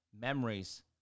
memories